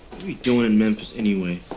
we doing in memphis, anyway?